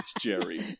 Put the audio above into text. Jerry